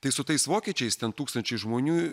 tai su tais vokiečiais ten tūkstančiai žmonių